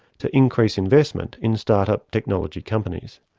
to increase investment in start-up technology companies.